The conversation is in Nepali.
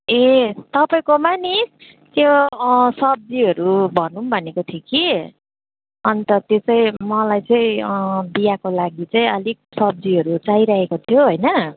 ए तपाईँकोमा नि त्यो सब्जीहरू भनौँ भनेको थिएँ कि अनि त त्यो चाहिँ मलाई चाहिँ विवाहको लागि चाहिँ अलिक सब्जीहरू चाहिरहेको थियो होइन